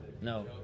no